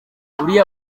uriya